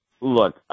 Look